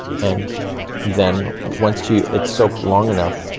and then once you, it's soaked long enough,